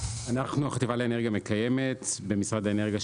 החטיבה לאנרגיה מקיימת במשרד האנרגיה,